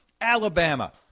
Alabama